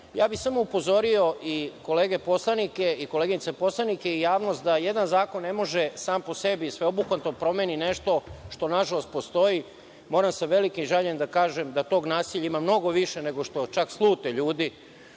ja bih samo upozorio i kolege poslanike i koleginice poslanice i javnost da jedan zakon ne može sam po sebi sveobuhvatno da promeni nešto što nažalost postoji. Moram sa velikim žaljenjem da kažem da tog nasilja ima mnogo više nego što čak slute ljudi